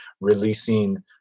releasing